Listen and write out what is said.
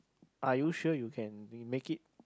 are you sure you can be make it